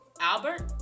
Albert